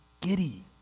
giddy